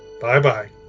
Bye-bye